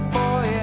boy